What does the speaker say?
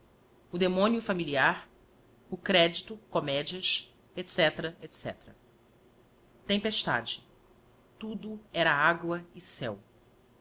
o demónio familiarf o credito comedias etc etc tempestade tudo era agua e céu